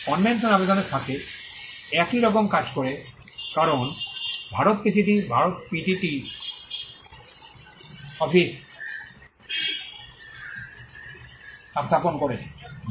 convention আবেদনের সাথে একই রকম কাজ করে কারণ ভারত এখন পিসিটি ভারতে পিটিটি অফিস স্থাপন করেছে